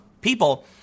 people